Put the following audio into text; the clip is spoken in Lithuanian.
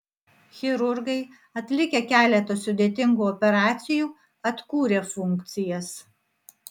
chirurgai atlikę keletą sudėtingų operacijų atkūrė funkcijas